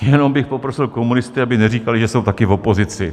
Jenom bych poprosil komunisty, aby neříkali, že jsou taky v opozici.